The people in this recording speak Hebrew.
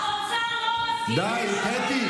האוצר לא מסכים, די, קטי.